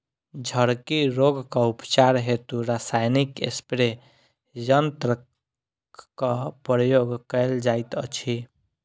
झड़की रोगक उपचार हेतु रसायनिक स्प्रे यन्त्रकक प्रयोग कयल जाइत अछि